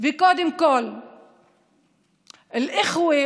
וקודם כול (אומרת דברים